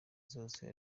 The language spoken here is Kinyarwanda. zose